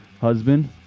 husband